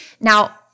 Now